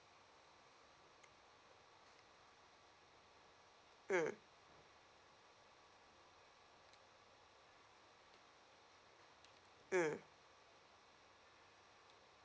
mm mm